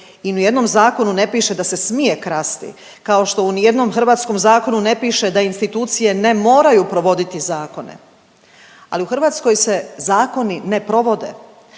u ni jednom zakonu ne piše da se smije krasti, kao što u nijednom hrvatskom zakonu ne piše da institucije ne moraju provoditi zakone, ali u Hrvatskoj se zakoni ne provode.